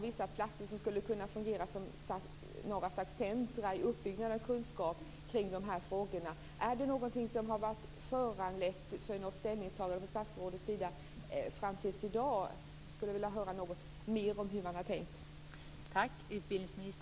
Vissa platser skulle kunna fungera som några slags centrum i uppbyggnaden av kunskap kring de här frågorna. Är det någonting som har föranlett ett ställningstagande från statsrådets sida fram till i dag? Jag skulle vilja höra något mer om hur man har tänkt.